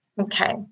Okay